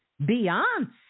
Beyonce